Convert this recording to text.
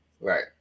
Right